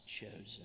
chosen